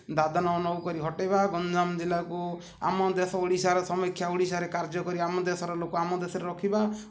ଦାଦନ ହଟେଇବା ଗଞ୍ଜାମ ଜିଲ୍ଲାକୁ ଆମ ଦେଶ ଓଡ଼ିଶାର ସମୀକ୍ଷା ଓଡ଼ିଶାରେ କାର୍ଯ୍ୟକରି ଆମ ଦେଶର ଲୋକ ଆମ ଦେଶରେ ରଖିବା